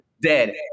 dead